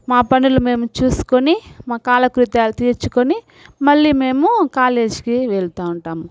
మా పనులు మేము చూసుకొని మా కాలకృత్యాలు తీర్చుకొని మళ్ళీ మేము కాలేజీకి వెళ్తావుంటాము